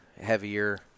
heavier